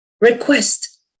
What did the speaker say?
request